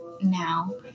now